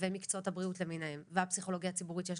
מקצועות הבריאות למיניהם והפסיכולוגיה הציבורית שיש